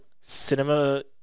cinema